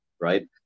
right